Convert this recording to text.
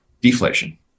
deflation